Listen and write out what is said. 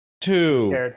Two